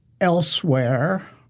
Elsewhere